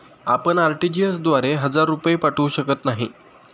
आपण आर.टी.जी.एस द्वारे हजार रुपये पाठवू शकत नाही